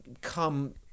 come